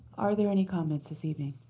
are there any comments this evening?